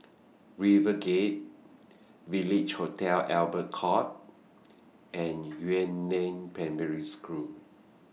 RiverGate Village Hotel Albert Court and Yuan Neng Primary School